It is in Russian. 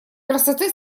красоты